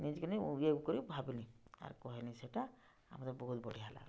ନିଜ୍କେ ନିଜ୍ ନେଇକି କରି ଭାବିନି ଆର୍ କହେନି ସେଟା ଆମର୍ ବହୁତ୍ ବଢ଼ିଁଆ ଲାଗ୍ଲା